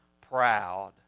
proud